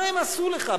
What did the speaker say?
מה הם עשו לך?